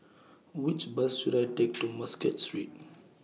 Which Bus should I Take to Muscat Street